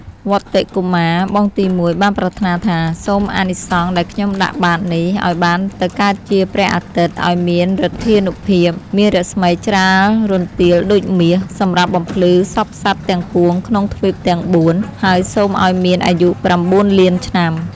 វត្តិ កុមារ (បងទីមួយ) បានប្រាថ្នាថា "សូមអានិសង្សដែលខ្ញុំដាក់បាត្រនេះ ឱ្យបានទៅកើតជា ព្រះអាទិត្យ ឱ្យមានឫទ្ធានុភាព មានរស្មីច្រាលរន្ទាលដូចមាស សម្រាប់បំភ្លឺសព្វសត្វទាំងពួងក្នុងទ្វីបទាំង ៤ ហើយសូមឱ្យមានអាយុ ៩ លានឆ្នាំ"។